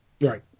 Right